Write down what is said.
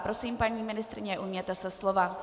Prosím, paní ministryně, ujměte se slova.